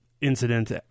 incident